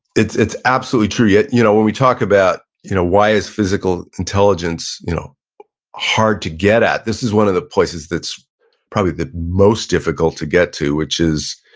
it's it's absolutely true, yet you know when we talk about you know why is physical intelligence you know hard to get at, this is one of the places that's probably the most difficult to get to, which is